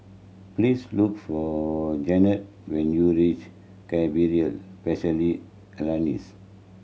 please look for Jeanetta when you reach Cerebral Palsy Alliance